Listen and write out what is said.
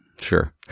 Sure